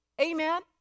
Amen